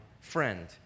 friend